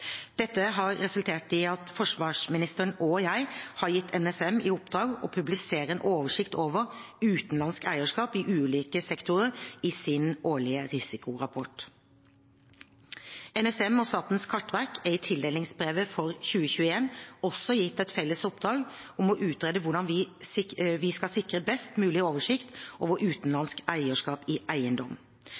Dette har resultert i at forsvarsministeren og jeg har gitt Nasjonal sikkerhetsmyndighet, NSM, i oppdrag å publisere en oversikt over utenlandsk eierskap i ulike sektorer i sin årlige risikorapport. NSM og Statens kartverk er i tildelingsbrevene for 2021 også gitt et felles oppdrag om å utrede hvordan vi skal sikre best mulig oversikt over utenlandsk eierskap i eiendom.